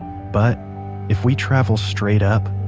but if we travel straight up,